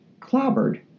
clobbered